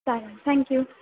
चालेल थँक्यू